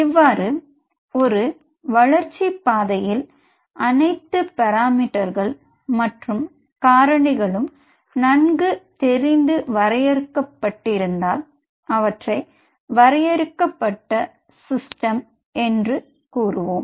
இவ்வாறு ஒரு வளர்ச்சி பாதையில் அணைத்து பாராமீட்டர்கள் மற்றும் காரணிகளும் நன்கு தெரிந்து வரையறுக்கப்பட்டிருந்தால் அவற்றை வரையறுக்கப்பட்ட சிஸ்டம் என்று கூறுவோம்